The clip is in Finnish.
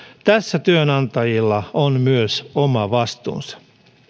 tässä työnantajilla on myös oma vastuunsa